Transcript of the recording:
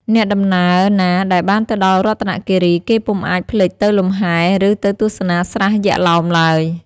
អ្នកដំណើរណា ដែលបានទៅដល់រតនគិរី គេពុំអាចភ្លេចទៅលំហែ ឬទៅទស្សនាស្រះយក្ខឡោមឡើយ។